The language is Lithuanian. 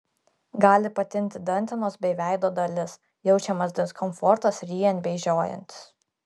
gali patinti dantenos bei veido dalis jaučiamas diskomfortas ryjant bei žiojantis